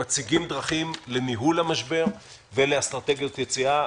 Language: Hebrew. שמציגים דרכים לניהול המשבר ולאסטרטגיות יציאה.